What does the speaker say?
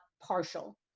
partial